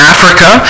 Africa